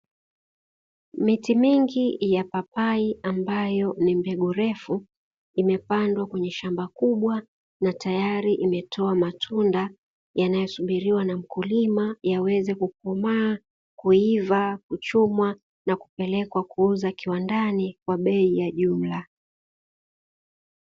Miti mingi ya papai ambayo ni mbegu refu, imepandwa kwenye shamba kubwa na tayali imetoa matunda yanayosubiliwa na mkulima yaweze kukomaa, kuiva kuchumwa na kupelekwa kiuza kiwandani kwa bei ya jumla.